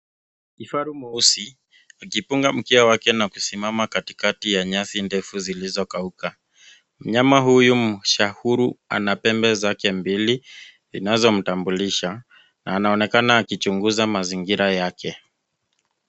Kifaru mweusi akipunga mkia wake na kusimama katikati ya nyasi ndefu zilizo kauka .Mnyama huyu mshahuru ana pembe zake mbili zinazomtabulisha na anaonekana akichunguza mazingira yake.